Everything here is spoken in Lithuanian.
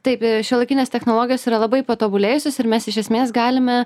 taip šiuolaikinės technologijos yra labai patobulėjusios ir mes iš esmės galime